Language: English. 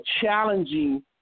challenging